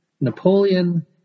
Napoleon